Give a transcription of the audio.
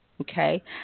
okay